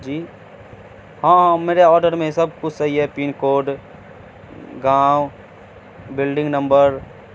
جی ہاں ہاں میرے آرڈر میں سب کچھ صحیح ہے پن کوڈ گاؤں بلڈنگ نمبر